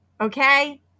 Okay